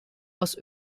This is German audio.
aus